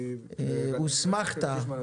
הוסמכת.